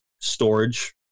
storage